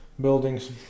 buildings